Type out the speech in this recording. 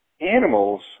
animals